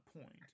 point